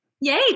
Yay